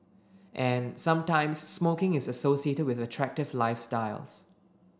and sometimes smoking is associated with attractive lifestyles